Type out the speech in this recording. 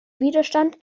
widerstand